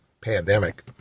pandemic